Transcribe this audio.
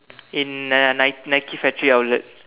in a Nike Nike factory outlet